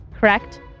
Correct